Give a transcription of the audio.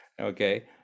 Okay